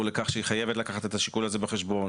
לכך שהיא חייבת לקחת את השיקול הזה בחשבון,